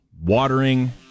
watering